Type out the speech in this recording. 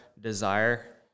desire